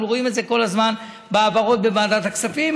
אנחנו רואים את זה כל הזמן בהעברות בוועדת הכספים,